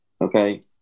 Okay